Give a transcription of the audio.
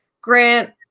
Grant